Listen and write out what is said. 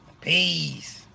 Peace